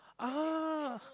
ah